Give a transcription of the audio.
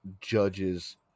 judges